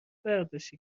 برداشتی